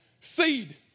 seed